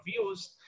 views